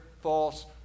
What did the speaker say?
false